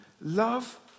Love